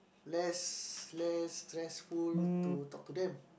less less stressful to talk to them